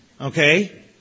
okay